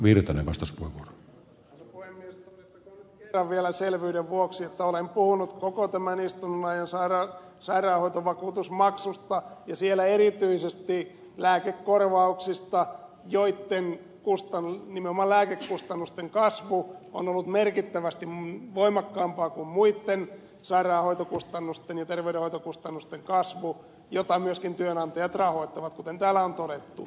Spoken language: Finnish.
todettakoon nyt kerran vielä selvyyden vuoksi että olen puhunut koko tämän istunnon ajan sairaanhoitovakuutusmaksuista ja siellä erityisesti lääkekorvauksista ja nimenomaan lääkekustannusten kasvu on ollut merkittävästi voimakkaampaa kuin muitten sairaan ja terveydenhoitokustannusten kasvu jota myöskin työnantajat rahoittavat kuten täällä on todettu